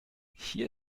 hier